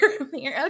Okay